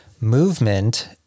movement